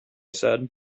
said